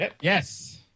Yes